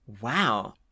Wow